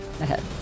ahead